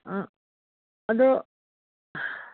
ꯑꯗꯨ